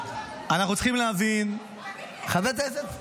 אנחנו צריכים להבין ------ על פחות מזה הוציאו אותי.